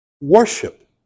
Worship